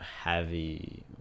heavy